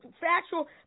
factual